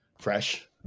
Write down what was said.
fresh